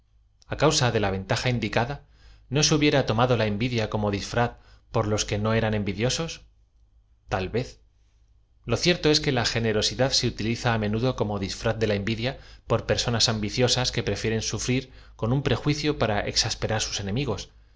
a cauaa de la ventaja indicada no se hubiera tomado la envidia como disfraz por los que no eran envidio sos t a l vez l o cierto ea que la generosidad se utili za á menudo como disfraz de la envidia por personal ambiciosas que prefieren sufrir con un prejuicio para exasperar sus enemigos